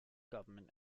government